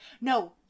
no